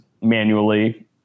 manually